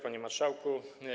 Panie Marszałku!